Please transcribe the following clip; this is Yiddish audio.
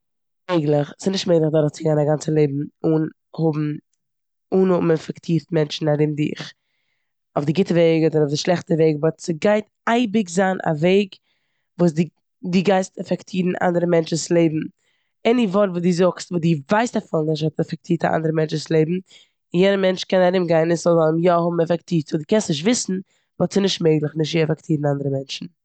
ס'איז נישט מעגליך אדורכציגיין א גאנצע לעבן אן האב אן האבן עפעקטירט מענטשן ארום דיך, אויף די גוטע וועג אדער אויף די שלעכטע וועג, באט ס'גייט אייביג זיין א וועג וואס דו- דו גייסט אפעקטירן אנדערע מענטש'ס לעבן. עני ווארט וואס דו זאגסט וואס דו ווייסט אפילו נישט עפעקטירט א אנדערע מענטש'ס לעבן, יענע מענטש קען ארום גיין און ס'זאל אים יא האבן עפעקטירט. סאו די קענסט נישט וויסן באט ס'נישט מעגליך נישט צו עפעקטירן אנדערע מענטשן.